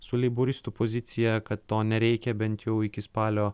su leiboristų pozicija kad to nereikia bent jau iki spalio